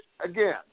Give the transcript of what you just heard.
Again